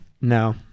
No